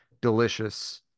delicious